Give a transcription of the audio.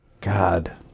God